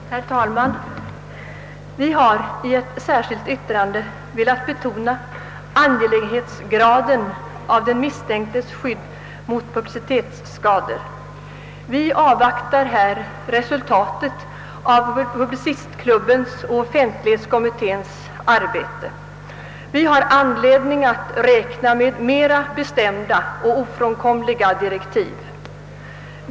Herr talman! Vi har i ett särskilt yttrande velat betona angelägenheten av den misstänktes skydd mot publicitetsskador. Vi avvaktar här resultatet av Publicistklubbens och offentlighetskommitténs arbete. Vi har anledning att räkna med bestämda och ofrånkomliga direktiv.